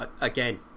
Again